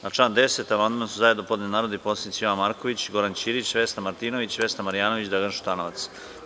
Na član 10. amandman su zajedno podneli narodni poslanici Jovan Marković, Goran Ćirić, Vesna Martinović, Vesna Marjanović i Dragan Šutanovac.